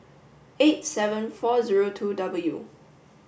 eighty seven four zero two W